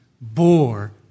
bore